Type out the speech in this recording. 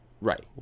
right